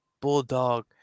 Bulldog